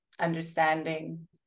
understanding